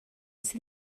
sydd